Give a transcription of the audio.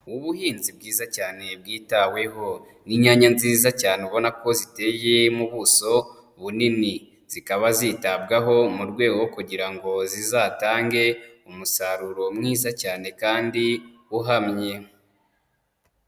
Ubuhinzi bwiza cyane bwitaweho inyanya nziza cyane ubona ko ziteye mu buso bunini, zikaba zitabwaho mu rwego kugira ngo zizatange umusaruro mwiza cyane kandi uhamye.